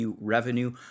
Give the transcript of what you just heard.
Revenue